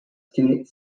student